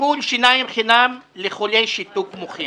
טיפול שיניים חינם לחולי שיתוק מוחין